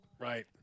Right